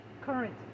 Current